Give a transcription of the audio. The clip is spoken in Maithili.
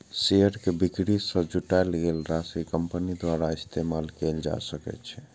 शेयर के बिक्री सं जुटायल गेल राशि कंपनी द्वारा इस्तेमाल कैल जा सकै छै